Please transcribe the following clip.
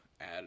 add